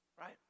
Right